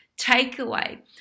takeaway